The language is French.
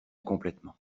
complètement